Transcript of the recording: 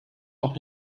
auch